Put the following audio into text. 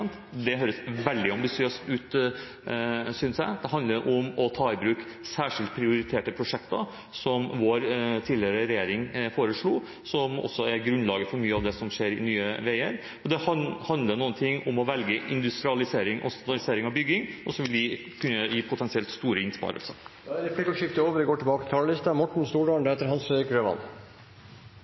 pst. Det høres veldig ambisiøst ut, synes jeg. Det handler videre om å ta i bruk særskilt prioriterte prosjekter, som vår tidligere regjering foreslo, som også er grunnlaget for mye av det som skjer i Nye Veier, og det handler om å velge industrialisering og finansiering av bygging, som potensielt vil kunne gi store innsparinger. Replikkordskiftet er omme. I dag behandler Stortinget en nasjonal transportplan som er den mest ambisiøse planen noen gang. La meg først takke representantene Astrup, Raja og Grøvan